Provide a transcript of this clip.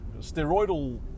steroidal